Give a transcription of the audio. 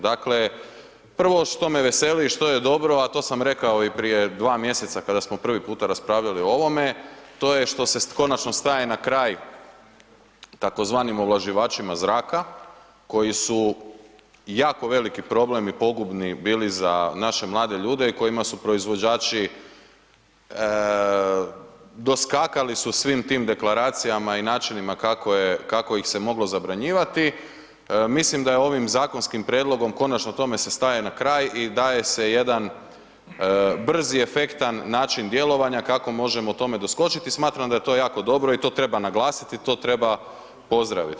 Dakle, prvo što me veseli, što je dobro, a to sam rekao i prije dva mjeseca kada smo prvi puta raspravljali o ovome, to je što se konačno staje na kraj tzv. ovlaživačima zraka koji su jako veliki problem i pogubni bili za naše mlade ljude i kojima su proizvođači, doskakali su svim tim deklaracijama i načinima kako ih se moglo zabranjivati, mislim da je ovim zakonskim prijedlogom konačno tome se staje na kraj i daje se jedan brzi i efektan način djelovanja kako možemo tome doskočiti, smatram da je to jako dobro i to treba naglasiti, to treba pozdraviti.